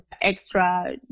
extra